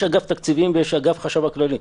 יש אגף תקציבים ויש אגף החשב הכללי.